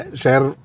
share